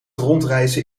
rondreizen